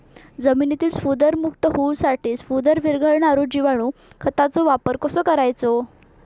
जमिनीतील स्फुदरमुक्त होऊसाठीक स्फुदर वीरघळनारो जिवाणू खताचो वापर कसो करायचो?